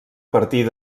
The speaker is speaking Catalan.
partir